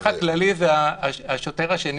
סגן המפקח הכללי הוא השוטר השני